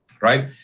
Right